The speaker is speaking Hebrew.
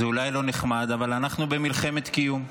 זה אולי לא נחמד, אבל אנחנו במלחמת קיום.